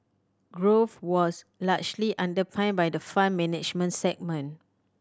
growth was largely underpinned by the Fund Management segment